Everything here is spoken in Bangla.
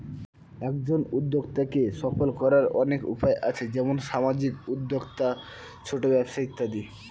একজন উদ্যোক্তাকে সফল করার অনেক উপায় আছে, যেমন সামাজিক উদ্যোক্তা, ছোট ব্যবসা ইত্যাদি